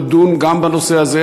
תדון גם בנושא הזה,